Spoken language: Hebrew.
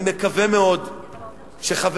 אני מקווה מאוד שחברי,